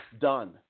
Done